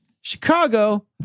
Chicago